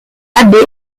abbé